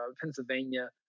Pennsylvania